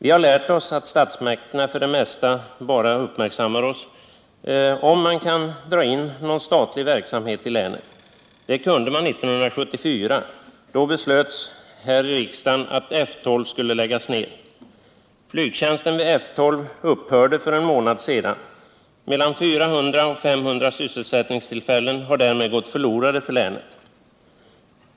Vi har lärt oss att statsmakterna för det mesta bara uppmärksammar oss om man kan dra in någon statlig verksamhet i länet. Det kunde man 1974 — då beslöts här i riksdagen att F 12 skulle läggas ned. Flygtjänsten vid F 12 upphörde för en månad sedan. Mellan 400 och 500 sysselsättningstillfällen har därmed gått förlorade för länet.